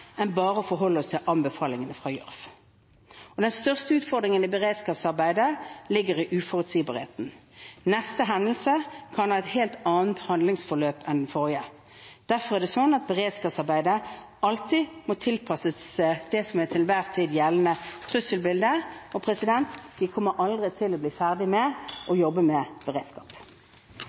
bare å forholde oss til anbefalingene fra Gjørv. Den største utfordringen i beredskapsarbeidet ligger i uforutsigbarheten. Neste hendelse kan ha et helt annet handlingsforløp enn den forrige. Derfor er det sånn at beredskapsarbeidet alltid må tilpasses det til enhver tid gjeldende trusselbildet. Og vi kommer aldri til å bli ferdig med å jobbe med beredskap.